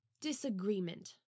disagreement